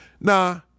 Nah